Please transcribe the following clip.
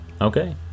Okay